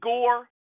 Gore